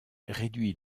réduit